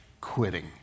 quitting